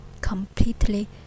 completely